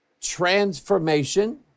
transformation